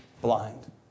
blind